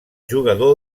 jugador